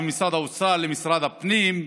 וממשרד האוצר למשרד הפנים,